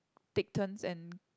take turns and